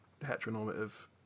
heteronormative